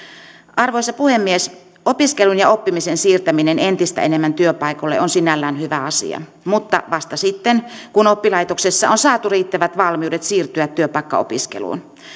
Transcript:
arvoisa puhemies opiskelun ja oppimisen siirtäminen entistä enemmän työpaikoille on sinällään hyvä asia mutta vasta sitten kun oppilaitoksessa on saatu riittävät valmiudet siirtyä työpaikkaopiskeluun